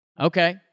Okay